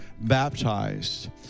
baptized